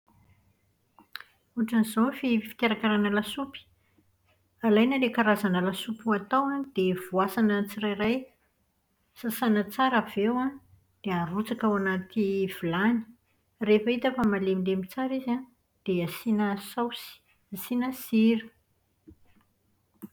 Ohatran'izao ny fi- fikarakarana lasopy. Alaina ilay karazana lasopy ho atao an, dia voasana tsirairay. Sasana tsara avy eo an, dia arotsaka ao anaty vilany. Rehefa hita fa malemy tsara izy an, dia asiana saosy, asiana sira.